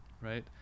right